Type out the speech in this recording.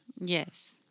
Yes